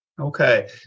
Okay